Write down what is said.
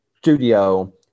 studio